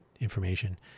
information